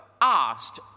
asked